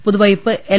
Puthuvype L